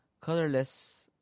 Colorless